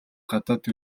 гадаад